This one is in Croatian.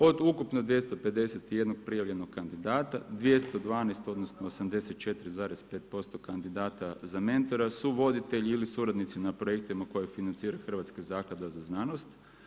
Od ukupno 251 prijavljenog kandidata 212 odnosno 84,5% kandidata za mentora su voditelji ili suradnici na projektima koje financira Hrvatska zaklada za znanost.